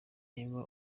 niba